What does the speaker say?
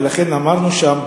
ולכן אמרנו שם,